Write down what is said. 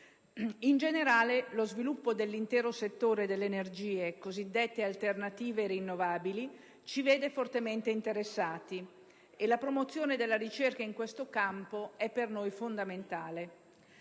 In generale, lo sviluppo dell'intero settore delle energie cosiddette alternative rinnovabili ci vede fortemente interessati e la promozione della ricerca in questo campo è per noi fondamentale.